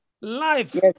Life